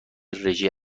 رژه